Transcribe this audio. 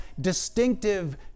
distinctive